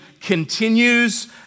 continues